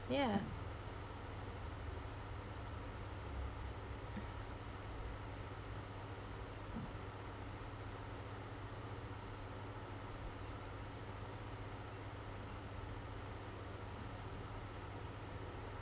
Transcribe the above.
ya